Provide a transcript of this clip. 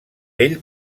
ell